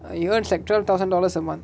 he earns like twelve thousand dollars a month